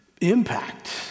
impact